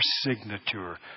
signature